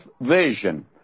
vision